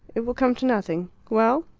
it will come to nothing. well?